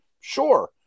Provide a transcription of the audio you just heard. sure